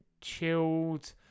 chilled